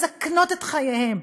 מסכנות את חייהם.